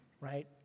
right